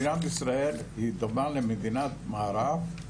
מדינת ישראל בדומה למדינות המערב,